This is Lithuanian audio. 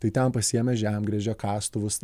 tai ten pasiėmę žemgrežę kastuvus